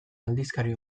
aldizkari